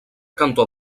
cantó